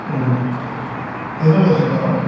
ఎన్నిరోజుల్లో వస్తుంది బావా